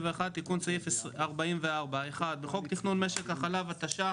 יש עוד גורמים, למשל המזון של הפרות.